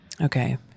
Okay